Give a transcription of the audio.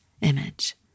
image